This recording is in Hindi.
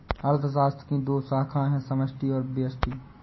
अर्थशास्त्र की दो शाखाए है समष्टि और व्यष्टि